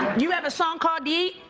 you have a song called ye.